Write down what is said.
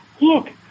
look